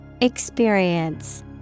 Experience